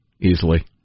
easily